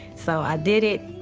so i did it,